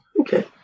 Okay